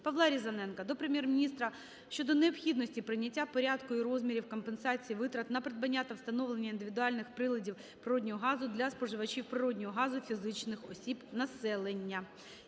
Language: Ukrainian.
Павла Різаненка до Прем'єр-міністра щодо необхідності прийняття "Порядку і розмірів компенсації витрат на придбання та встановлення індивідуальних приладів природного газу для споживачів природного газу – фізичних осіб (населення)".